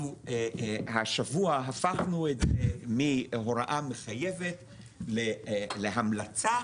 אנחנו השבוע את זה מהוראה מחייבת להמלצה,